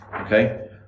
okay